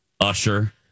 Usher